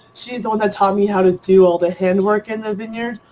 she's the one that taught me how to do all the handwork in the vineyard,